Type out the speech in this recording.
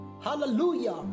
Hallelujah